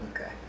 Okay